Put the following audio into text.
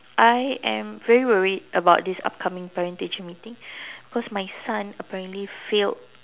I am very worried about this upcoming parent teacher meeting because my son apparently failed